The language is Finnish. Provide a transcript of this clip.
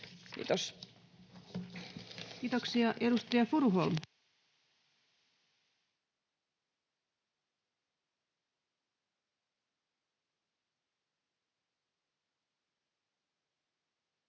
Kiitos. Kiitoksia. — Edustaja Furuholm, olkaa